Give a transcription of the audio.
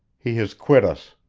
he has quit us.